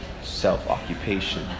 self-occupation